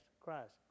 Christ